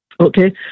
okay